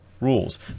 rules